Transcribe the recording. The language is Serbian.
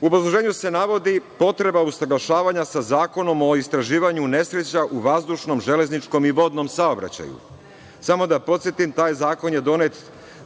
U obrazloženju se navodi potreba usaglašavanja sa Zakonom o istraživanju nesreća u vazdušnom, železničkom i vodnom saobraćaju. Samo da podsetim taj zakon je donet